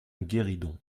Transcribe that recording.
guéridon